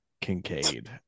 Kincaid